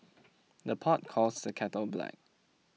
the pot calls the kettle black